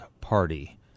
Party